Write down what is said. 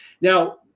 Now